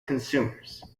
consumers